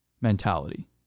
mentality